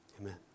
Amen